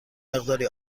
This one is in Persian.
مقداری